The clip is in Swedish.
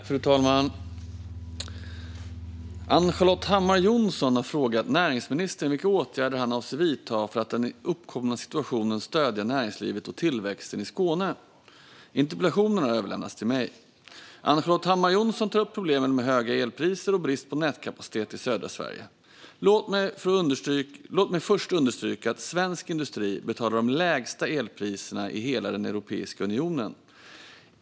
Fru talman! har frågat näringsministern vilka åtgärder han avser att vidta för att i den uppkomna situationen ja näringslivet och tillväxten i Skåne. Interpellationen har överlämnats till mig. Ann-Charlotte Hammar Johnsson tar upp problemen med höga elpriser och brist på nätkapacitet i södra Sverige. Låt mig först understryka att svensk industri betalar de lägsta elpriserna i hela Europeiska unionen.